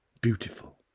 Beautiful